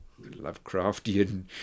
Lovecraftian